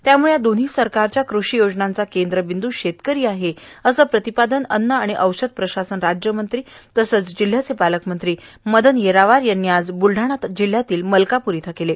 त्यामुळे या दोन्ही सरकारच्या कृषि योजनांचा केंद्रबिंद हा शेतकरी आहे असे प्रतिपादन अन्न आणि औषध प्रशासन राज्यमंत्री तथा जिल्ह्याचे पालकमंत्री मदन येरावार यांनी आज बुलडाणा जिल्हयातील मलकापूर येथे केले